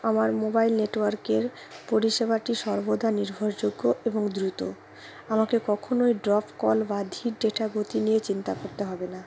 আমার মোবাইল নেটওয়ার্কের পরিষেবাটি সর্বদা নির্ভরযোগ্য এবং দ্রুত আমাকে কখনোই ড্রপ কল বা ধীর ডেটা গতি নিয়ে চিন্তা করতে হবে না